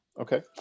Okay